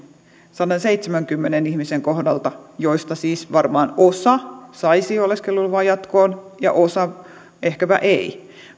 sadanseitsemänkymmenen ihmisen kohdalla joista siis varmaan osa saisi oleskeluluvan jatkoon ja osa ehkäpä ei